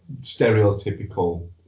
Stereotypical